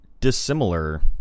dissimilar